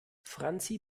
franzi